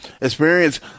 Experience